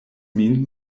min